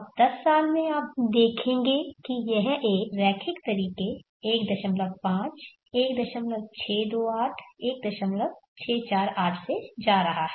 अब 10 साल में आप देखेंगे यह एक रैखिक तरीके 15 1628 1648 से जा रहा है